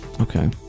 Okay